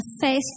faith